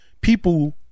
People